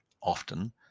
Often